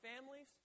families